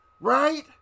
right